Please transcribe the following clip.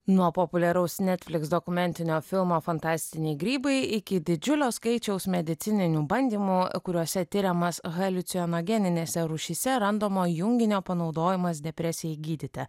nuo populiaraus netfliks dokumentinio filmo fantastiniai grybai iki didžiulio skaičiaus medicininių bandymų kuriuose tiriamas haliucinogeniniuose rūšyse randamo junginio panaudojimas depresijai gydyti